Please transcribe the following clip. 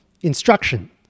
instruction